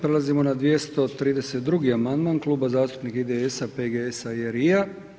Prelazimo na 232. amandman Kluba zastupnika IDS-a, PGS-a i LRI-a.